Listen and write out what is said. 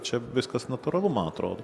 čia viskas natūralu man atrodo